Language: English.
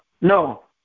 No